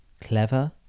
Clever